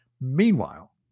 Meanwhile